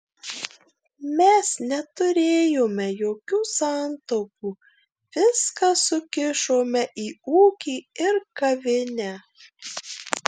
mes neturėjome jokių santaupų viską sukišome į ūkį ir kavinę